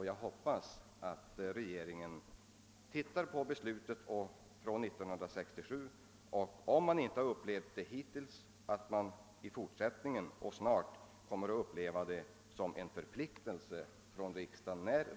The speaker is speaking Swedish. Jag hoppas att regeringen på nytt tar del av beslutet av år 1967 och därefter — den har tydligen inte gjort det hittills — kommer att uppleva riksdagens uttalande som en förpliktelse att verkligen handla.